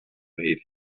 made